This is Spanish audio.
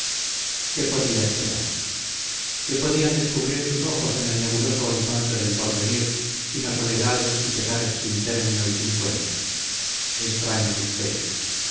qué podía esperar qué podían descubrir sus ojos en el nebuloso horizonte del porvenir sino soledad y pesares sin término y sin cuento extraño misterio